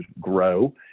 grow